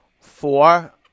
Four